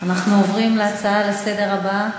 אנחנו עוברים להצעה לסדר-היום הבאה: